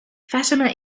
fatima